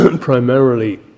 primarily